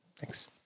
Thanks